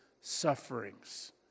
sufferings